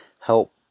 help